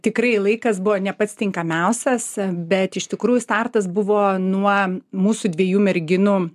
tikrai laikas buvo ne pats tinkamiausias bet iš tikrųjų startas buvo nuo mūsų dviejų merginų